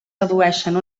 redueixen